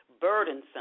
Burdensome